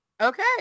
okay